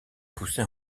pousser